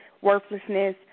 worthlessness